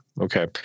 Okay